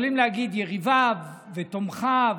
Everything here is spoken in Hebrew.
יכולים להגיד יריביו ותומכיו,